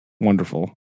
wonderful